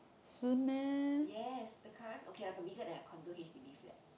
yes the current okay like uh bigger than a condo H_D_B flat